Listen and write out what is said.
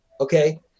okay